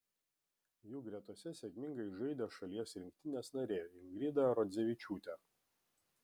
jų gretose sėkmingai žaidė šalies rinktinės narė ingrida rodzevičiūtė